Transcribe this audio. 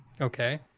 Okay